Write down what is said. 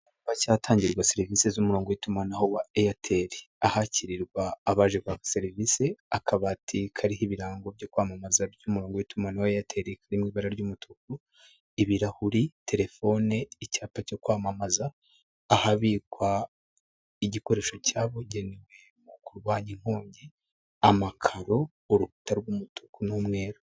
Hacyatangirwa serivisi z'umurongo w'itumanaho wa airtel ahakirirwa abaje kwaka serivisi, akabati kariho ibirango byo kwamamaza by'umurongo w'itumanaho airtel karimo ibara ry'umutuku, ibirahuri ,telefone, icyapa cyo kwamamaza, ahabikwa igikoresho cyabugenewe mu kurwanya inkongi ,amakaro urukuta rw'umutuku n'umweru.